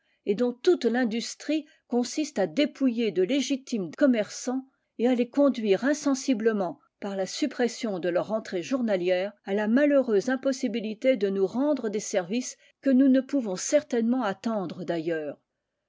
et dont toute l'industrie consiste à dépouiller de légitimes commerçants et à les conduire insensiblement par la suppression de leurs rentrées journalières à la malheureuse impossibilité de nous rendre des services que nous ne pouvons certainement attendre d'ailleurs